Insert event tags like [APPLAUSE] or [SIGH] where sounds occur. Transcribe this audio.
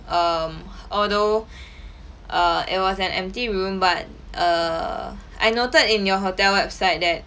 um although [BREATH] err it was an empty room but err I noted in your hotel website that